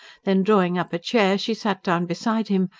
then, drawing up a chair she sat down beside him,